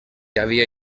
havia